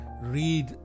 read